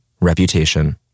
Reputation